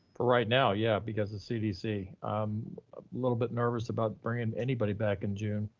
for right now? yeah, because the cdc, i'm a little bit nervous about bringing anybody back in june.